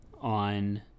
on